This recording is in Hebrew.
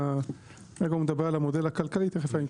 מי שמנסה לבנות את התשתיות בעיריית חיפה יכול